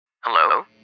Hello